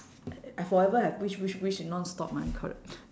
I forever have wish wish wish nonstop [one] correct